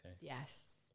Yes